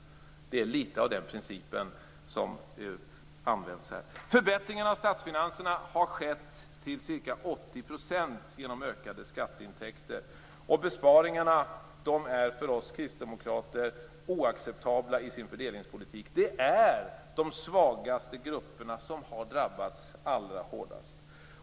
Det är litet av den principen som används här. Förbättringarna av statsfinanserna har skett till ca 80 % genom ökade skatteintäkter. Besparingarna är för oss kristdemokrater oacceptabla i sin fördelningspolitik. Det är de svagaste grupperna som har drabbats allra hårdast.